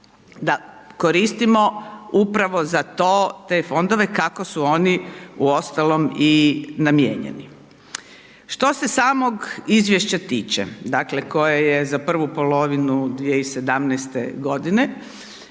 da koristimo upravo za to, te fondove kako su oni uostalom i namijenjeni. Što se samog izvješća tiče, dakle, koje je za prvu polovinu 2017.g.,